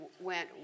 went